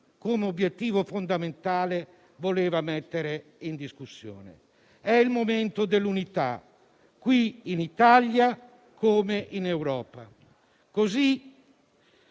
come obiettivo fondamentale, voleva mettere in discussione. È il momento dell'unità qui in Italia, come in Europa. Così